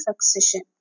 succession